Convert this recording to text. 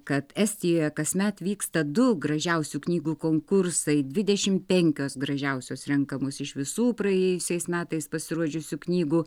kad estijoje kasmet vyksta du gražiausių knygų konkursai dvidešim penkios gražiausios renkamos iš visų praėjusiais metais pasirodžiusių knygų